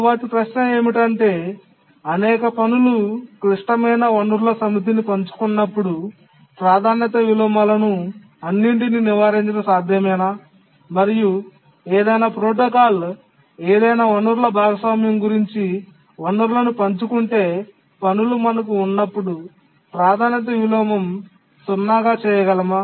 తరువాతి ప్రశ్న ఏమిటంటే అనేక పనులు క్లిష్టమైన వనరుల సమితిని పంచుకున్నప్పుడు ప్రాధాన్యత విలోమాలను అన్నింటినీ నివారించడం సాధ్యమేనా మరియు ఏదైనా ప్రోటోకాల్ ఏదైనా వనరుల భాగస్వామ్యం ఉపయోగించి వనరులను పంచుకునే పనులు మనకు ఉన్నప్పుడు ప్రాధాన్యత విలోమ సున్నాగా చేయగలమా